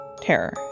Terror